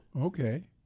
Okay